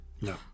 No